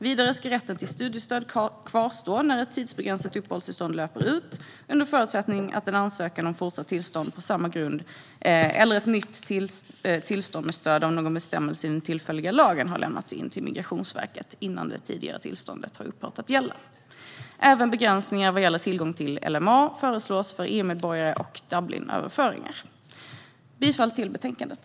Vidare ska rätten till studiestöd kvarstå när ett tidsbegränsat uppehållstillstånd löper ut - under förutsättning att en ansökan om fortsatt tillstånd på samma grund eller ett nytt tillstånd med stöd av någon bestämmelse i den tillfälliga lagen har lämnats in till Migrationsverket innan det tidigare tillståndet har upphört att gälla. Även begränsningar vad gäller tillgång till LMA föreslås för EU-medborgare och Dublinöverföringar. Jag yrkar bifall till förslaget i betänkandet.